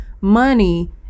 money